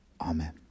Amen